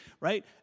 right